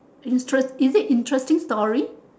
interest is it interesting story